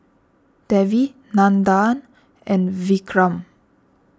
Devi Nandan and Vikram